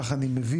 ככה אני מבין,